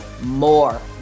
more